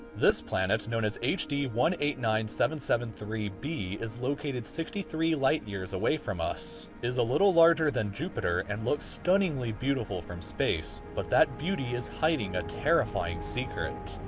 this planet, known as h d one eight nine seven seven three b, is located sixty three light years away from us, is a little larger than jupiter and looks stunningly beautiful from space. but that beauty is hiding a terrifying secret.